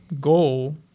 goal